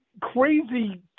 Crazy